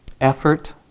Effort